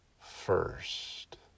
first